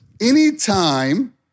Anytime